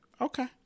okay